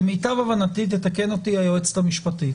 למיטב הבנתי תתקן אותי היועצת המשפטית